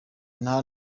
nta